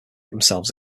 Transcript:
themselves